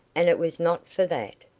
and it was not for that.